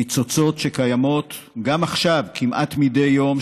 ניצוצות קיימים גם עכשיו כמעט מדי יום,